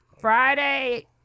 Friday